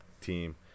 team